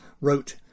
wrote